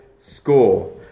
score